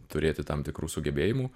turėti tam tikrų sugebėjimų